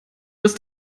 dass